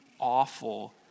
awful